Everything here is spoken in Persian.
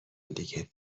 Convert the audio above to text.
دیگه